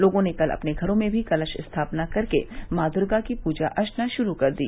लोगों ने कल अपने घरो में भी कलश स्थापना कर के माँ दुर्गा की पूजा अर्वना शुरू कर दी